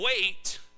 wait